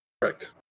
Correct